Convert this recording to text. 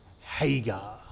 Hagar